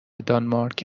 دانمارک